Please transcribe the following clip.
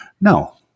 no